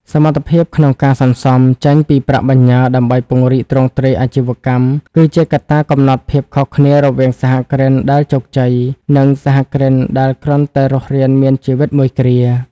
សមត្ថភាពក្នុងការ "សន្សំ" ចេញពីប្រាក់បញ្ញើដើម្បីពង្រីកទ្រង់ទ្រាយអាជីវកម្ម គឺជាកត្តាកំណត់ភាពខុសគ្នារវាងសហគ្រិនដែលជោគជ័យ និងសហគ្រិនដែលគ្រាន់តែរស់រានមានជីវិតមួយគ្រា។